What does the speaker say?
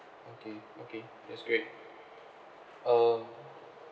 okay okay that's great uh